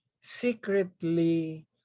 secretly